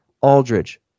Aldridge